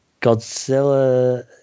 Godzilla